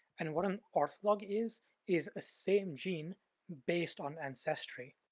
and what an ortholog is is a same gene based on ancestry,